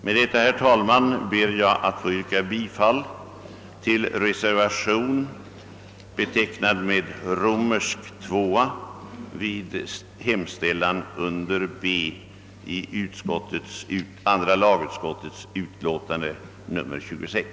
Jag kommer, herr talman, senare att yrka bifall till reservationen II vid hemställan under B i andra lagutskottets utlåtande nr 26.